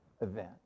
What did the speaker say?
event